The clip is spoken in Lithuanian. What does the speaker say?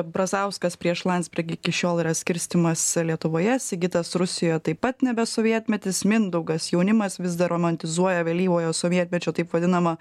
brazauskas prieš landsbergį iki šiol yra skirstymas lietuvoje sigitas rusijoje taip pat nebe sovietmetis mindaugas jaunimas vis dar romantizuoja vėlyvojo sovietmečio taip vadinamą